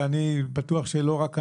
שאני בטוח שלא רק אני,